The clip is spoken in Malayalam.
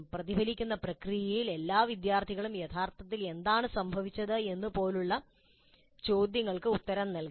പ്രതിഫലിപ്പിക്കുന്ന പ്രക്രിയയിൽ എല്ലാ വിദ്യാർത്ഥികളും യഥാർത്ഥത്തിൽ എന്താണ് സംഭവിച്ചത് എന്നതുപോലുള്ള ചോദ്യങ്ങൾക്ക് ഉത്തരം നൽകാം